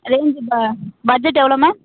ரெண்டு ப பட்ஜெட் எவ்வளோ மேம்